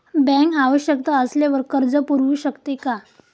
Bank आवश्यकता असल्यावर कर्ज पुरवू शकते का?